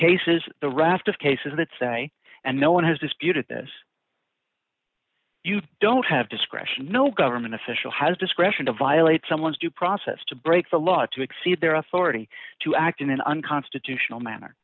cases the raft of cases that say and no one has disputed this you don't have discretion no government official has discretion to violate someone's due process to break the law to exceed their authority to act in an unconstitutional manner